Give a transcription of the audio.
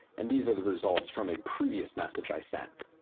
and these are the results from a previous message i sent.